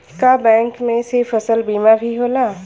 का बैंक में से फसल बीमा भी होला?